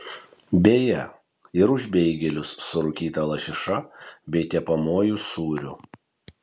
beje ir už beigelius su rūkyta lašiša bei tepamuoju sūriu